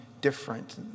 different